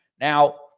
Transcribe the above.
Now